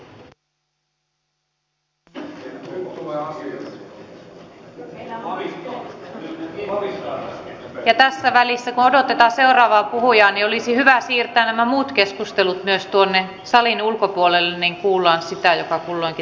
ja tässä välissä kun odotetaan seuraavaa puhujaa olisi hyvä myös siirtää nämä muut keskustelut tuonne salin ulkopuolelle niin että kuullaan sitä joka kulloinkin täällä edessä on äänessä